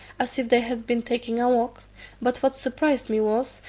as if they had been taking a walk but what surprised me was,